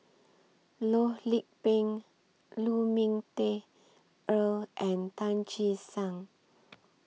Loh Lik Peng Lu Ming Teh Earl and Tan Che Sang